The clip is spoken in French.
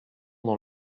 dans